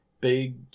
big